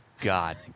God